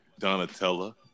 Donatella